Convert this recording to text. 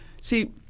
See